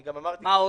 שוב,